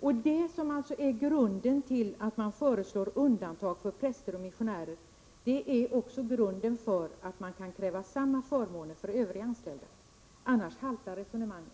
SKUT. Det som alltså är grunden till att man föreslår undantag för präster och missionärer är grunden för att man kan kräva samma förmåner också för övriga anställda — annars haltar resonemanget.